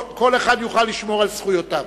כל אחד יוכל לשמור על זכויותיו.